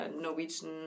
Norwegian